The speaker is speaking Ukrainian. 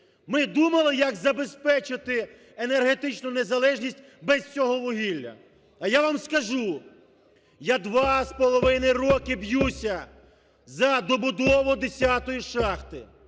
Ми думали як забезпечити енергетичну незалежність без цього вугілля. А я вам скажу: я з два з половиною роки б'юся за добудову 10 шахти.